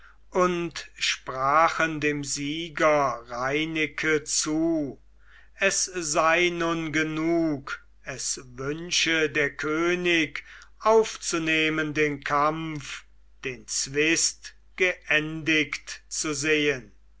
und sprachen dem sieger reineke zu es sei nun genug es wünsche der könig aufzunehmen den kampf den zwist geendigt zu sehen